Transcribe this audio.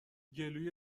گلوی